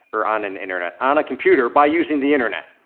or on an internet, on a computer by using the internet.